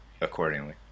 accordingly